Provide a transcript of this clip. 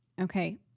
Okay